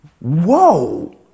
whoa